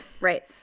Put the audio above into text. Right